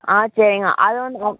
ஆ சரிங்க அது வந்து